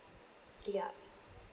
yup